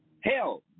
Hell